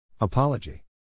Apology